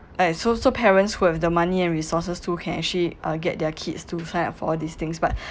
and so so parents who have the money and resources to can actually uh get their kids to sign up for all these things but